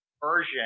version